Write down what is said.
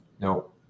No